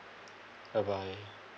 bye bye